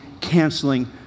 canceling